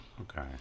okay